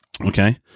okay